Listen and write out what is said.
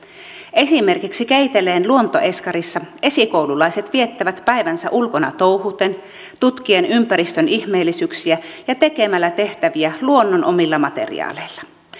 esimerkiksi keiteleen luontoeskarissa esikoululaiset viettävät päivänsä ulkona touhuten tutkien ympäristön ihmeellisyyksiä ja tekemällä tehtäviä luonnon omilla materiaaleilla